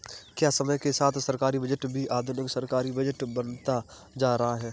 क्या समय के साथ सरकारी बजट भी आधुनिक सरकारी बजट बनता जा रहा है?